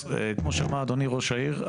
כמו שאמר ראש העיר,